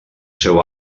seu